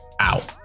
out